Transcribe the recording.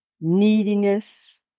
neediness